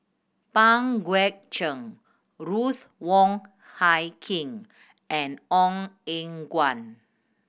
Pang Guek Cheng Ruth Wong Hie King and Ong Eng Guan